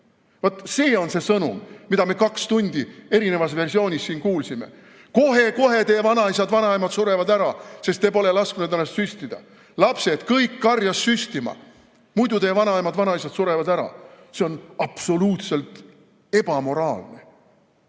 see on see sõnum, mida me kaks tundi erinevas versioonis siin kuulsime: kohe-kohe teie vanaisad-vanaemad surevad ära, sest te pole lasknud ennast süstida. Lapsed, kõik karjas süstima, muidu teie vanaemad-vanaisad surevad ära! See on absoluutselt ebamoraalne.